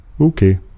Okay